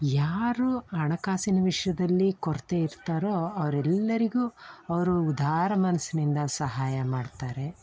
ಯಾರು ಹಣಕಾಸಿನ ವಿಷಯದಲ್ಲಿ ಕೊರತೆ ಇರ್ತಾರೋ ಅವರೆಲ್ಲರಿಗೂ ಅವರು ಉದಾರ ಮನಸ್ನಿಂದ ಸಹಾಯ ಮಾಡ್ತಾರೆ